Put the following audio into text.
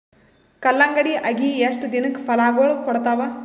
ಕಲ್ಲಂಗಡಿ ಅಗಿ ಎಷ್ಟ ದಿನಕ ಫಲಾಗೋಳ ಕೊಡತಾವ?